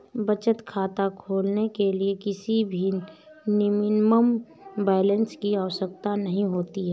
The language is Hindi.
बचत खाता खोलने के लिए किसी भी मिनिमम बैलेंस की आवश्यकता नहीं होती है